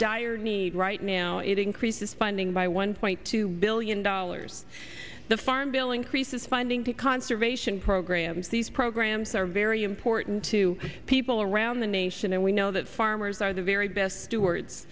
dire need right now it increases funding by one point two billion dollars the farm bill increases finding to conservation programs these programs are very important to people around the nation and we know that farmers are the very best stewar